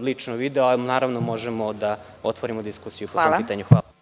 lično video, a naravno možemo da otvorimo diskusiju po tom pitanju.